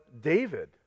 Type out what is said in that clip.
David